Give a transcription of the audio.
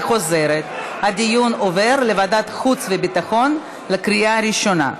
ואני חוזרת: הדיון עובר לוועדת חוץ וביטחון לקריאה ראשונה.